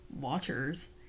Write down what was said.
watchers